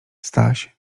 staś